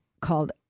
called